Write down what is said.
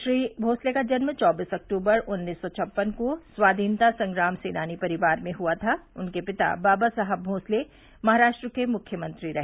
श्री भोसले का जन्म चौबीस अक्टूबर उन्नीस सौ छप्पन को स्वतंत्रता संग्राम सेनानी परिवार में हुआ था उनके पिता बाबा साहब भोसले महाराष्ट्र के मुख्यमंत्री रहे